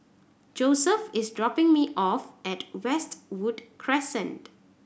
Josef is dropping me off at Westwood Crescent